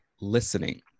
listening